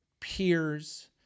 peers